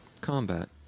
combat